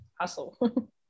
hustle